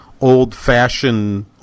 old-fashioned